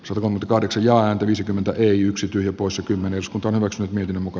survon koodin sijaan viisikymmentäyksi tyhjä poissa kymmenes päiväksi miten muka